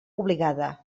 obligada